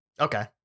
Okay